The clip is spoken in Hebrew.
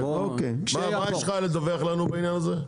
מה יש לך לדווח לנו בעניין הזה?